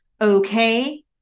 Okay